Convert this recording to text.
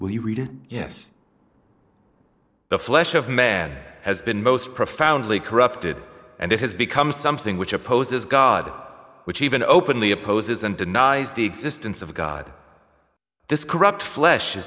will read it yes the flesh of man has been most profoundly corrupted and it has become something which opposes god which even openly opposes and denies the existence of god this corrupt flesh